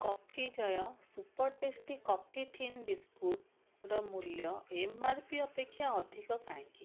coffee joy super tasty coffee thin ବିସ୍କୁଟ୍ର ମୂଲ୍ୟ M R P ଅପେକ୍ଷା ଅଧିକ କାହିଁକି